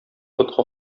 ботка